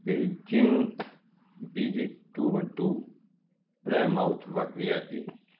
Beijing B J two one two प्रेमाउथ V I P